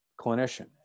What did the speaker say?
clinician